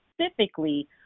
specifically